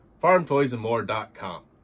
farmtoysandmore.com